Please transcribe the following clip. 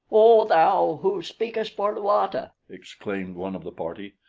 o thou who speakest for luata! exclaimed one of the party.